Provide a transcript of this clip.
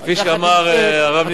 וכפי שאמר הרב נסים,